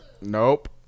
Nope